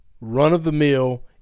run-of-the-mill